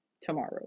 Tomorrow